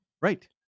right